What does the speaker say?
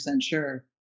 sure